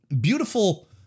beautiful